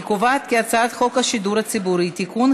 אני קובעת כי הצעת חוק השידור הציבורי (תיקון,